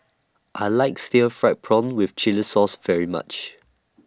I like Stir Fried Prawn with Chili Sauce very much